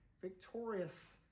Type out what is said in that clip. victorious